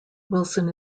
wilson